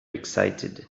excited